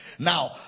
Now